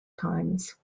times